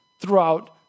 throughout